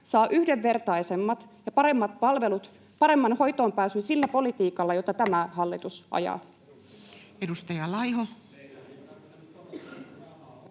saa yhdenvertaisemmat ja paremmat palvelut ja paremman hoitoonpääsyn sillä politiikalla, jota tämä hallitus ajaa?